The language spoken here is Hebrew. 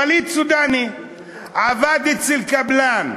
פליט סודאני עבד אצל קבלן.